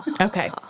Okay